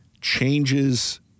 changes